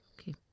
Okay